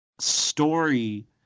story